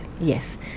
Yes